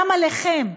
גם עליכם,